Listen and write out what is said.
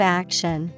action